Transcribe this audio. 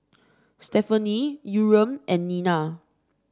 Stefani Yurem and Nina